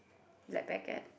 black packet